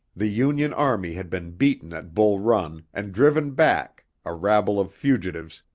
the union army had been beaten at bull run and driven back, a rabble of fugitives,